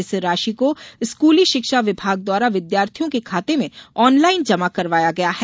इस राशि को स्कूली शिक्षा विभाग द्वारा विद्यार्थियों के खाते में ऑनलाइन जमा करवाया गया है